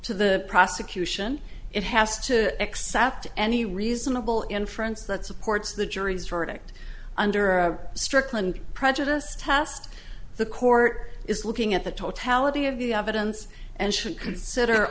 to the prosecution it has to accept any reasonable inference that supports the jury's verdict under our strickland prejudice tast the court is looking at the totality of the evidence and should consider